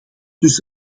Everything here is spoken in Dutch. dus